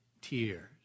tears